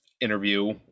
interview